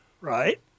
Right